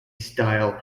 style